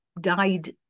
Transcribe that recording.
died